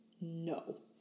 no